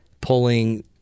pulling